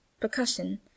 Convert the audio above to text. percussion